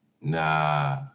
nah